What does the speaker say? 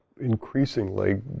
increasingly